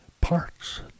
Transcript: parts